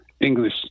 english